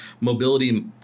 mobility